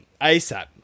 ASAP